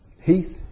Heath